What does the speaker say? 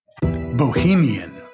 Bohemian